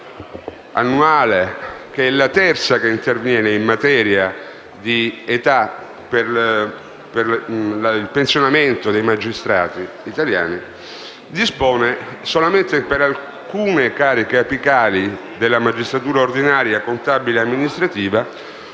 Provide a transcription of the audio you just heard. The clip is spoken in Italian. alla terza in materia di età per il pensionamento dei magistrati italiani - dispongono solamente per alcune cariche apicali della magistratura ordinaria, contabile e amministrativa